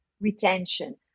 retention